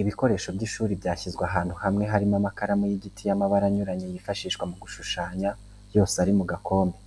Ibikoresho by'ishuri byashyizwe ahantu hamwe harimo amakaramu y'igiti y'amabara anyuranye yifashishwa mu gushushanya yose ari mu gakombe,